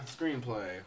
Screenplay